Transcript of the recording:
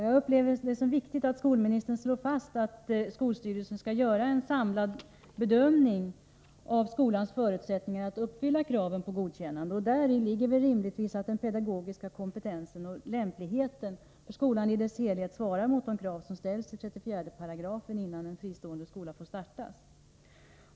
Jag upplever det som viktigt att skolministern slår fast att skolstyrelsen skall göra en samlad bedömning av skolans förutsättningar att uppfylla kraven på godkännande. Däri ligger rimligtvis att den pedagogiska kompetensen och lämpligheten för skolan i dess helhet svarar mot de krav som ställs i 34§, innan en fristående skola får startas.